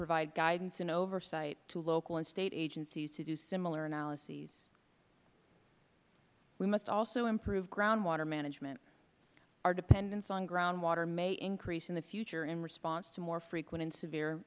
provide guidance and oversight to local and state agencies to do similar analyses we must also improve groundwater management our dependence on groundwater may increase in the future in response to more frequent and severe